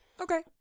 Okay